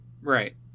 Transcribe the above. Right